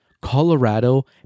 Colorado